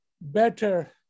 better